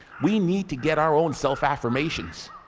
we need to get our own self-affirmations.